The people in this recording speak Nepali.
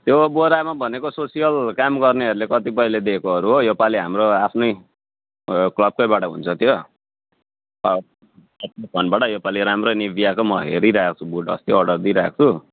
त्यो बोरामा भनेको सोसियल काम गर्नेहरू कतिपयले दिएकोहरू हो यो पालि हाम्रो आफ्नै क्लबकैबाट हुन्छ त्यो फन्डबाट यो पालि राम्रो निभियाको म हेरिरहेको छु बुट अस्ति अर्डर दिइरहेको छु